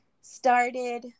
started